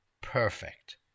perfect